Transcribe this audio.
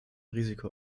risiko